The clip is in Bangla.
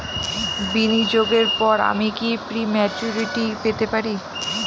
বিনিয়োগের পর আমি কি প্রিম্যচুরিটি পেতে পারি?